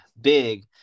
big